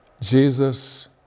Jesus